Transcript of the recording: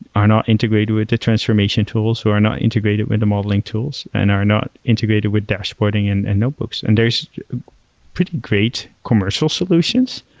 are not integrated with the transformation tools or not integrated with the modeling tools and are not integrated with dashboarding and and notebooks. and there's pretty great commercial solutions,